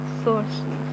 sources